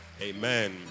Amen